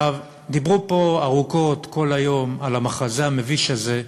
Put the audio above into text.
דיברו פה ארוכות כל היום על המחזה המביש הזה,